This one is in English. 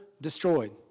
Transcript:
destroyed